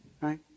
right